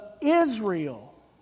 Israel